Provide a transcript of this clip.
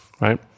right